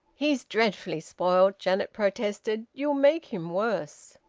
he's dreadfully spoiled, janet protested. you'll make him worse.